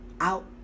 out